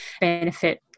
benefit